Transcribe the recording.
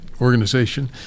organization